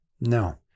No